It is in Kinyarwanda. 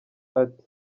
ati